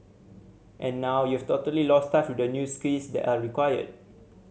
and now you've totally lost touch with the new skills that are required